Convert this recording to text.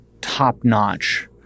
top-notch